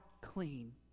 clean